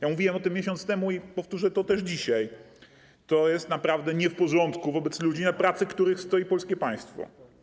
Ja mówiłem o tym miesiąc temu i powtórzę to dzisiaj: to jest naprawdę nie w porządku wobec ludzi, na których pracy stoi polskie państwo.